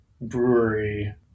brewery